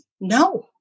no